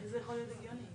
זה צריך להיות חובה לקבוע,